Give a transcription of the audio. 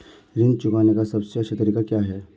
ऋण चुकाने का सबसे अच्छा तरीका क्या है?